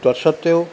তৎ সত্ত্বেও